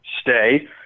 stay